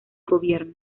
gobierno